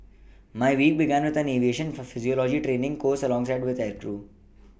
my week began with an aviation for physiology training course alongside other aircrew